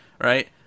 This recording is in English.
right